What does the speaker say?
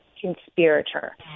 conspirator